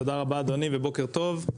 תודה רבה, אדוני, ובוקר טוב.